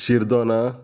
शिर्दोना